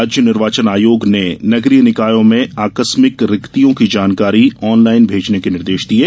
राज्य निर्वाचन आयोग ने नगरीय निकायों में आकस्मिक रिक्तियों की जानकारी ऑनलाईन भेजने के निर्देश दिये